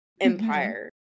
empire